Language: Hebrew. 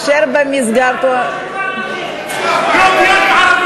אשר במסגרתו, אני מבקש ממך לחזור בך ממה שאמרת.